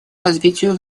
развитию